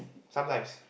sometimes